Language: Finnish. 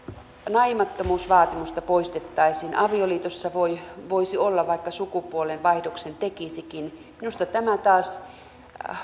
naimattomuusvaatimusta poistettaisiin avioliitossa voisi olla vaikka sukupuolenvaihdoksen tekisikin minusta tämä taas